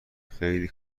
خیلی